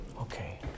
Okay